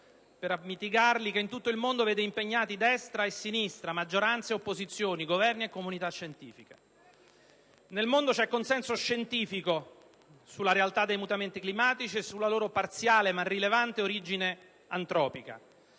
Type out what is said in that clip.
per mitigarli - che in tutto il mondo vede impegnati destra e sinistra, maggioranze e opposizioni, Governi e comunità scientifica. Nel mondo c'è consenso scientifico sulla realtà dei mutamenti climatici e sulla loro parziale ma rilevante origine antropica.